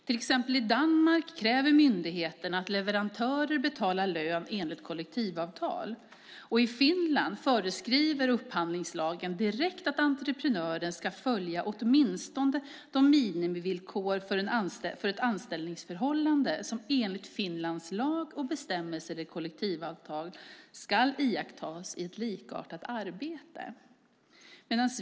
Till exempel i Danmark kräver myndigheterna att leverantörer betalar lön enligt kollektivavtal och i Finland föreskriver upphandlingslagen direkt att entreprenören ska följa "åtminstone de minimivillkor för ett anställningsförhållande som enligt Finlands lag och bestämmelser i kollektivavtal skall iakttas i ett likartat arbete".